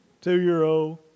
Two-year-old